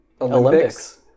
olympics